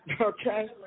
Okay